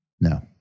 No